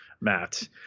Matt